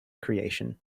creation